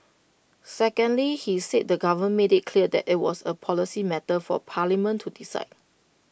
secondly he said the government made IT clear that IT was A policy matter for parliament to decide